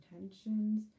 intentions